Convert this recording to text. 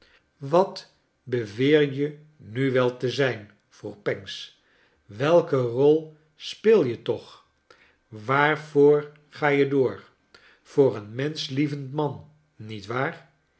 wat beweer je nu wel te zn vroeg pancks welke rol speel je toch waarvoor ga je door voor een menschlievend man